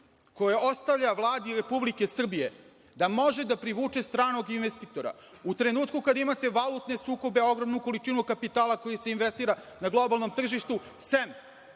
koji ostavlja Vladi Republike Srbije da može da privuče stranog investitora u trenutku kada imate valutne sukobe, ogromnu količinu kapitala koji se investira na globalnom tržištu, sem